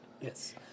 Yes